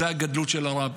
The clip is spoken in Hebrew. זו הגדלות של הרב.